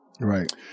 Right